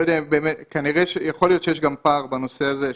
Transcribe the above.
יכול להיות שיש גם פער בנושא הזה.